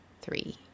three